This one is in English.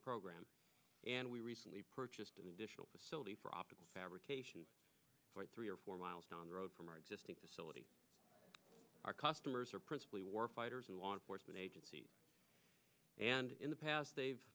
program and we recently purchased an additional facility for optical fabrication for three or four miles down the road from our existing facility our customers are principally war fighters and law enforcement agencies and in the past they've